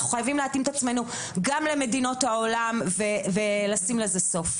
אנחנו חייבים להתאים את עצמנו למדינות העולם ולשים לזה סוף.